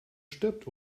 stirbt